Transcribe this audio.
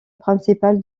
principal